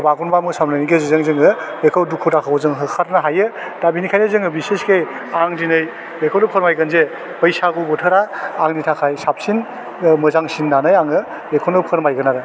बागुरुम्बा मोसानायनि गेजेरजों जोङो बेखौ दुखु दाहाखौ जों होखारनो हायो दा बिनिखायनो जोङो बिसिसखै आं दिनै बेखौनो फोरमायगोन जे बैसागु बोथोरा आंनि थाखाय साबसिन ओह मोजांसिन होन्नानै आङो बेखौनो फोरमायगोन आरो